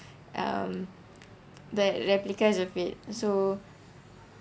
um the replicas of it so